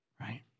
right